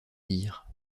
dires